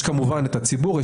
יש כמובן הציבור,